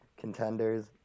contenders